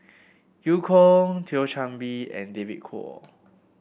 Eu Kong Thio Chan Bee and David Kwo